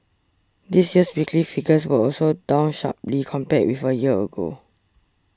this year's weekly figures were also down sharply compared with a year ago